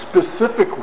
specifically